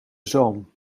zalm